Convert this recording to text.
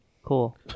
Cool